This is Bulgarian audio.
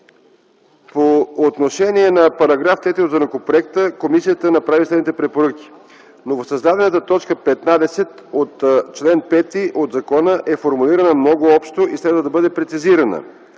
По отношение на § 3 от законопроекта, комисията направи следните препоръки: 1. Новосъздадената т. 15 на чл. 5 от закона е формулирана много общо и следва да бъде прецизирана.